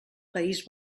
país